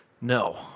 No